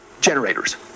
generators